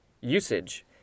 Usage